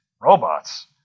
robots